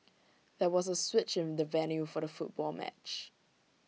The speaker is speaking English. there was A switch in the venue for the football match